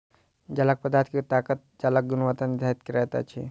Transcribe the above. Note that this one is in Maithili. जालक पदार्थ के ताकत जालक गुणवत्ता निर्धारित करैत अछि